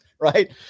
Right